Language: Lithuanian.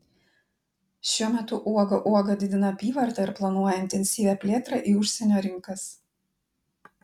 šiuo metu uoga uoga didina apyvartą ir planuoja intensyvią plėtrą į užsienio rinkas